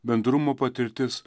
bendrumo patirtis